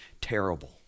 terrible